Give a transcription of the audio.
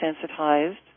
sensitized